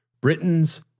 Britain's